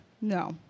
No